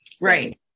Right